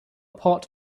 part